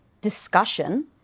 discussion